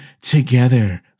together